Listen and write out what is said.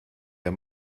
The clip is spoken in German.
der